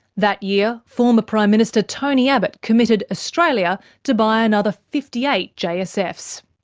that year former prime minister tony abbott committed australia to buy another fifty eight jsfs.